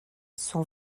sont